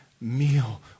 meal